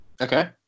Okay